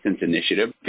initiative